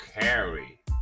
carry